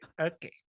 Okay